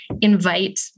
invite